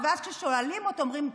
ואז, כששואלים אותם, הם אומרים: